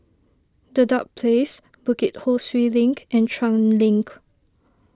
Dedap Place Bukit Ho Swee Link and Chuan Link